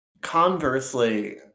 conversely